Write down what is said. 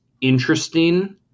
interesting